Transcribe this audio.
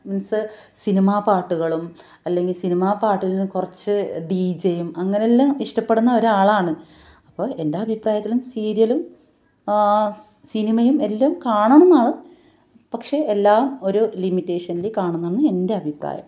means cinema പാട്ടുകളും അല്ലെങ്കിൽ cinema പാട്ടിൽ നിന്ന് കുറച്ച് ഡി ജെ യും അങ്ങനെ എല്ലം ഇഷ്ടപ്പെടുന്ന ഒരാളാണ് അപ്പോൾ എൻ്റെ അഭിപ്രായത്തില് സീരിയലും സിനിമയും എല്ലം കാണണം എന്നാണ് പക്ഷേ എല്ലാം ഒരു ലിമിറ്റേഷനില് കാണണം എന്നാണ് എൻ്റെ അഭിപ്രായം